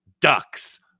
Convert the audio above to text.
Ducks